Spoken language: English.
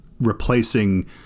replacing